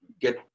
get